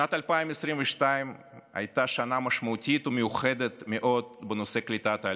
שנת 2022 הייתה שנה משמעותית ומיוחדת מאוד בנושא קליטת עלייה.